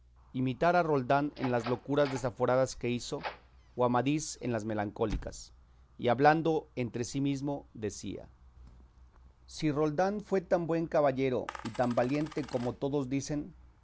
imitar a roldán en las locuras desaforadas que hizo o amadís en las malencónicas y hablando entre sí mesmo decía si roldán fue tan buen caballero y tan valiente como todos dicen